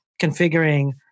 configuring